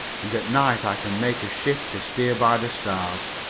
and at night i can make a shift to steer by the stars,